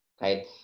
right